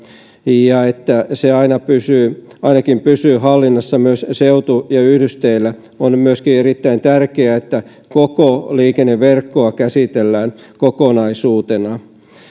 ja että se ainakin pysyy hallinnassa myös seutu ja yhdysteillä on myöskin erittäin tärkeää että koko liikenneverkkoa käsitellään kokonaisuutena